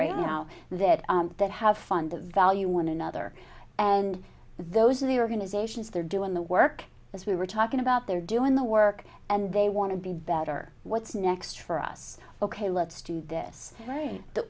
right now that that have fund the value one another and those are the organizations they're doing the work as we were talking about they're doing the work and they want to be better what's next for us ok let's do this right the